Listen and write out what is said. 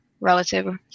relative